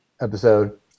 episode